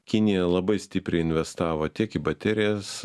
kinija labai stipriai investavo tiek į baterijas